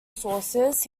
sources